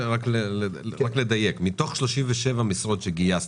מתוך 37 משרות שגייסתם,